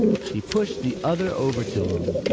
she pushed the other over to him.